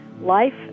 Life